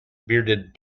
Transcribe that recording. bearded